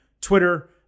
Twitter